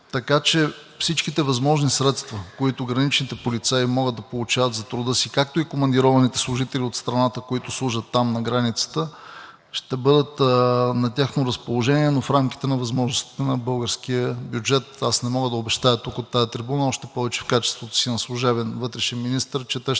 Така че всичките възможни средства, които граничните полицаи могат да получават за труда си, както и командированите служители от страната, които служат там – на границата, ще бъдат на тяхно разположение, но в рамките на възможностите на българския бюджет. Аз не мога да обещая тук от тази трибуна, още повече в качеството си на служебен вътрешен министър, че те ще